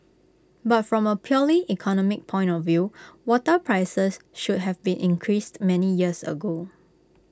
but from A purely economic point of view water prices should have been increased many years ago